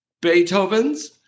Beethoven's